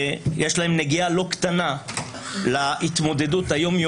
לא לחתוך את הענף שעליו אנחנו